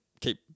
keep